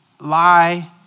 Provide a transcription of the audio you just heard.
lie